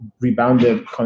rebounded